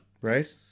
right